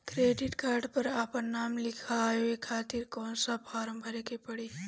Debit card पर आपन नाम लिखाये खातिर कौन सा फारम भरे के पड़ेला?